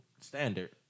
Standard